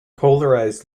polarized